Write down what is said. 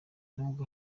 nubwo